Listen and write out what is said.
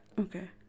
Okay